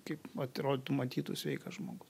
kaip atrodytų matytų sveikas žmogus